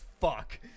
fuck